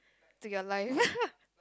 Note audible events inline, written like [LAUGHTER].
to your life [LAUGHS]